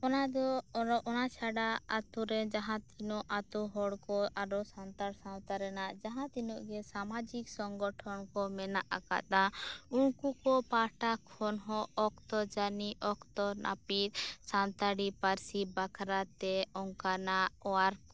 ᱚᱱᱟᱫᱚ ᱟᱨᱚ ᱚᱱᱟ ᱪᱷᱟᱰᱟ ᱟᱛᱳᱨᱮ ᱡᱟᱦᱟᱸ ᱛᱤᱱᱟᱹᱜ ᱟᱛᱳ ᱦᱚᱲ ᱠᱚ ᱟᱨᱚ ᱥᱟᱱᱛᱟᱲ ᱥᱟᱶᱛᱟ ᱨᱮᱱᱟᱜ ᱡᱟᱦᱟᱸ ᱛᱤᱱᱟᱹᱜ ᱜᱮ ᱥᱟᱢᱟᱡᱤᱠ ᱥᱚᱝᱜᱚᱴᱷᱚᱱ ᱠᱚ ᱢᱮᱱᱟᱜ ᱟᱠᱟᱫᱟ ᱩᱱᱠᱩ ᱠᱚ ᱯᱟᱦᱚᱴᱟ ᱠᱷᱚᱱ ᱦᱚᱸ ᱚᱠᱛᱚ ᱡᱟᱱᱤ ᱚᱠᱛᱚ ᱱᱟᱹᱯᱤᱛ ᱥᱟᱱᱛᱟᱲᱤ ᱯᱟᱹᱨᱥᱤ ᱵᱟᱠᱷᱨᱟᱛᱮ ᱚᱱᱠᱟᱱᱟᱜ ᱳᱣᱟᱨᱠ